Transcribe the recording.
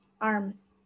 arms